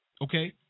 Okay